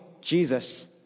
Jesus